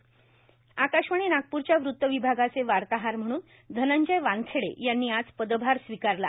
धनंजय वानखेडे एमएस आकाशवाणी नागपूरच्या वृत्त विभागाचे वार्ताहर म्हणून धनंजय वानखेडे यांनी आज पदभार स्वीकारला